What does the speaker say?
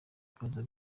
ibibazo